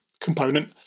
component